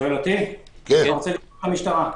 תשאל את המשטרה.